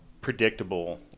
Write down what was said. predictable